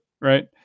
right